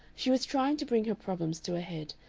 she was trying to bring her problems to a head,